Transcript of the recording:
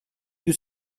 più